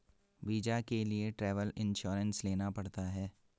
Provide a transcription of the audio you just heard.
visa के लिए travel insurance लेना पड़ता है